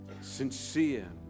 sincere